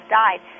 died